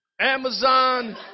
Amazon